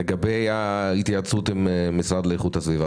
לגבי ההתייעצות עם משרד לאיכות הסביבה,